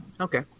Okay